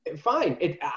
Fine